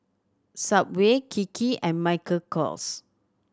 Subway Kiki and Michael Kors